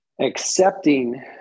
Accepting